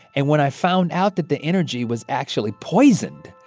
and when i found out that the energy was actually poisoned,